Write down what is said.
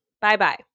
bye-bye